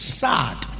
sad